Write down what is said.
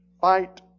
fight